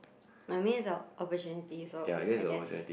but I miss the opportunity so I guess